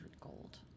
gold